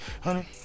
Honey